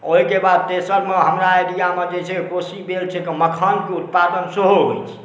ओहिके बाद तेसरमे हमरा एरिआमे जे छै कोशी बेल्ट छै तऽ मखानके उत्पादन सेहो होइ छै